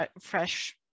fresh